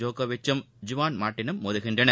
ஜோகோவிச்சும் Juan மார்டீனும் மோதுகின்றனர்